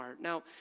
Now